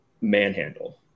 manhandle